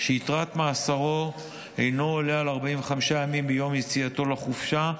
שיתרת מאסרו אינו עולה על 45 ימים ביום יציאתו לחופשה,